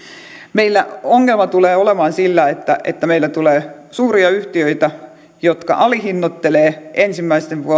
meillä ongelma tulee olemaan siinä että meille tulee suuria yhtiöitä jotka alihinnoittelevat omat ensimmäisten